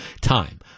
time